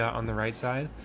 on the right side,